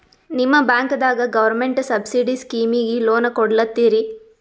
ನಿಮ ಬ್ಯಾಂಕದಾಗ government subsidy ಸ್ಕೀಮಿಗಿ ಲೊನ ಕೊಡ್ಲತ್ತೀರಿ?